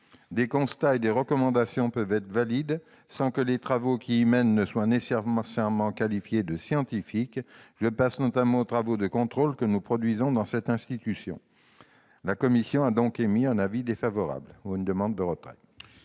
Des constats et des recommandations peuvent être valides sans que les travaux qui y mènent soient nécessairement qualifiés de scientifiques. Je pense notamment aux travaux de contrôle que nous produisons dans cette institution. La commission demande donc le retrait